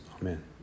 Amen